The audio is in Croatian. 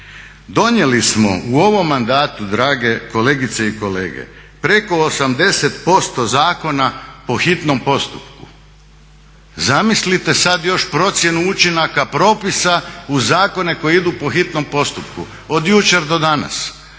Donijeli smo u ovom mandatu drage kolegice i kolege preko 80% zakona po hitnom postupku. Zamislite sada još procjenu učinaka propisa u zakone koji idu po hitnom postupku od jučer do danas.